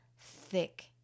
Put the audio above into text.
thick